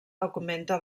augmenta